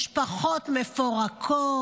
משפחות מפורקות,